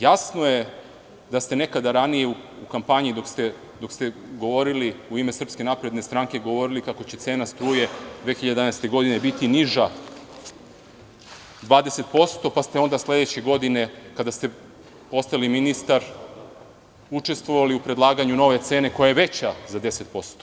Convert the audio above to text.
Jasno je da ste nekada ranije u kampanji dok ste govorili u ime SNS govorili kako će cena struje 2011. godine biti niža 20%, pa ste onda sledeće godine kada ste postali ministar učestvovali u predlaganju nove cene koja je veća za 10%